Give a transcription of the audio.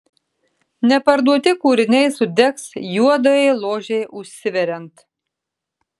neparduoti kūriniai sudegs juodajai ložei užsiveriant